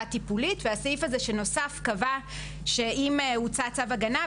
טיפולית והסעיף שנוסף קבע שאם הוצא צו הגנה,